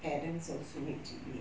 parents also need to be